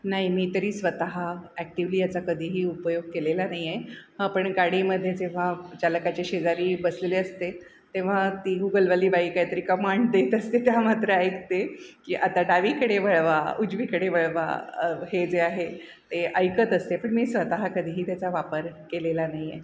नाही मी तरी स्वतः ॲक्टिवली याचा कधीही उपयोग केलेला नाही आहे हां पण गाडीमध्ये जेव्हा चालकाच्या शेजारी बसलेली असते तेव्हा ती गुगलवाली बाई काहीतरी कमांड देत असते त्या मात्र ऐकते की आता डावीकडे वळवा उजवीकडे वळवा हे जे आहे ते ऐकत असते पण मी स्वतः कधीही त्याचा वापर केलेला नाही आहे